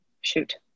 shoot